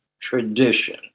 tradition